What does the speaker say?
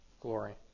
glory